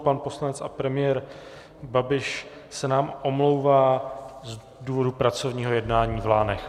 Pan poslanec a premiér Babiš se nám omlouvá z důvodu pracovního jednání v Lánech.